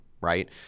right